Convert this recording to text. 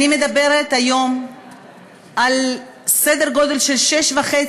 אני מדברת היום על סדר גודל של 6,500